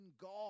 God